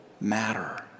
matter